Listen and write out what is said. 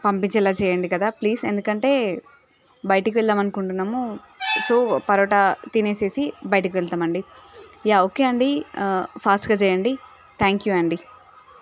పంపిచేలాగా చేయండి కదా ప్లీజ్ ఎందుకంటే బయటికి వెళ్దాం అనుకుంటున్నాము సో పరోటా తినేసి బయటికి వెళ్తామండి యా ఓకే అండి ఫాస్టుగా చేయండి థ్యాంక్ యూ అండి